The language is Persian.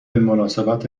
مناسبت